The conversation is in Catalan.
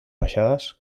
baixades